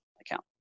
account